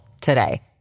today